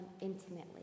intimately